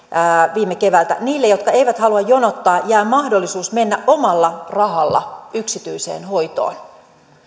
viime keväältä niille jotka eivät halua jonottaa jää mahdollisuus mennä omalla rahalla yksityiseen hoitoon